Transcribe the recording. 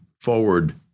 forward